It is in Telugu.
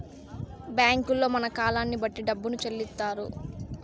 బ్యాంకుల్లో మన కాలాన్ని బట్టి డబ్బును చెల్లిత్తారు